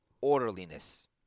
orderliness